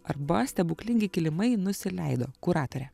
arba stebuklingi kilimai nusileido kuratorė